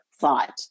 thought